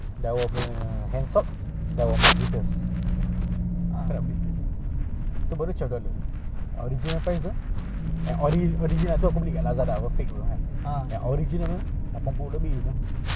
sampai benda lima belas tu lah kemaruk sia ya lah that's me if I like something aku seldom ada hobby because I know that if I like something kan aku akan terikat kau tengok Tamiya very lucky engkau tak join aku Tamiya